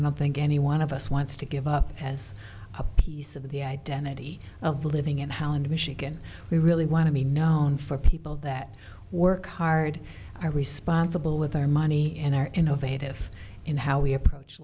don't think any one of us wants to give up as a piece of the identity of living in holland michigan we really want to be known for people that work hard are responsible with our money and our innovative in how we approach